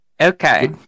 Okay